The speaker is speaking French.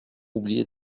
oublié